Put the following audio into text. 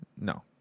No